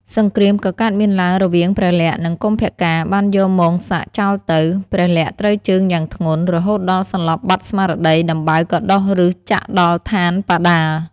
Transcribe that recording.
សង្គ្រាមក៏កើតមានឡើង រវាងព្រះលក្សណ៍ និងកុម្ពកាណ៍បានយកមោង្គសក្តិចោលទៅ ព្រះលក្សណ៍ត្រូវជើងយ៉ាងធ្ងន់ រហូតដល់សន្លប់បាត់ស្មារតី ដំបៅក៏ដុះឫសចាក់ដល់ឋានបាតាល។